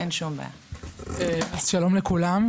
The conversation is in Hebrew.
שלום לכולם.